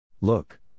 Look